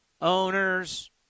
owners